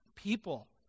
People